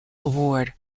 award